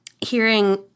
hearing